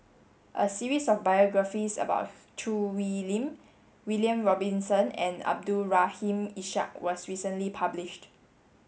a series of biographies about Choo Hwee Lim William Robinson and Abdul Rahim Ishak was recently published